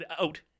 out